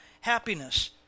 happiness